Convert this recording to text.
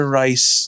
rice